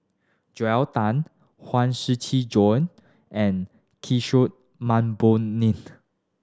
Joel Tan Huang Shiqi Joan and Kishore Mahbubani